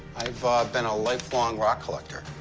i've ah been a lifelong rock collector.